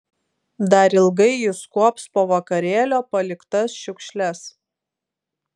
dar ilgai jis kuops po vakarėlio paliktas šiukšles